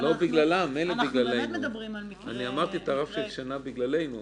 אבל אנחנו באמת מדברים --- אמרתי את הרף של שנה בגללנו,